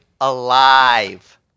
alive